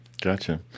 Gotcha